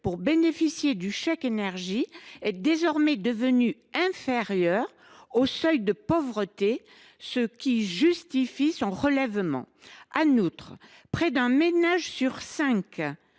pour bénéficier du chèque énergie est désormais inférieur au seuil de pauvreté, ce qui justifie son relèvement. En outre, près d’un ménage sur cinq